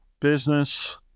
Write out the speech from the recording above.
business